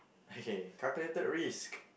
okay calculated risk